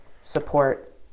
support